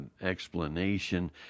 explanation